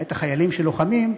למעט החיילים שלוחמים,